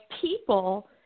people